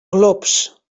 glops